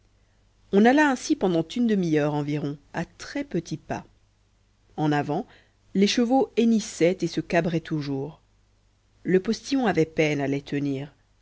on alla ainsi pendant une demi-heure environ à très petits pas en avant les chevaux hennissaient et se cabraient toujours le postillon avait peine à les tenir